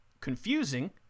confusing